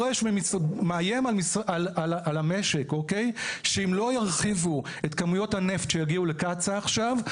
הוא מאיים על המשק שאם לא ירחיבו את כמויות הנפט שיגיעו לקצא"א עכשיו,